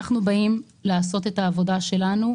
אנחנו באים לעשות את העבודה שלנו,